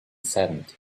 saddened